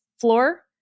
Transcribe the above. floor